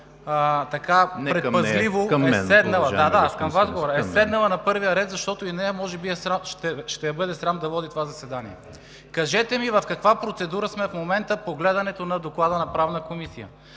Вас говоря... е седнала на първия ред, защото и нея може би ще я бъде срам да води това заседание. Кажете ми в каква процедура сме в момента по гледането на Доклада на Правна комисия?